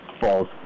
falls